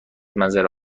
منظره